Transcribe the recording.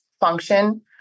function